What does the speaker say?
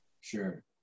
Sure